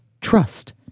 trust